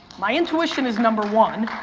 my intuition is number one.